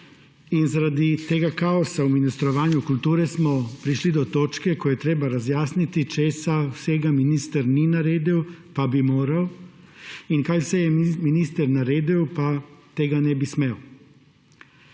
in zaradi tega kaosa v ministrovanju kulture smo prišli do točke, ko je treba razjasniti, česa vsega minister ni naredil, pa bi moral in kaj vse je minister naredil, pa tega ne bi smel.